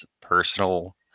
personal